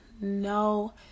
no